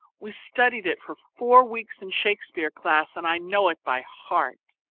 we studied it for four weeks in shakespeare class and i know it by heart.